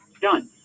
Done